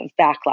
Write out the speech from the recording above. backlash